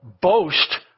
boast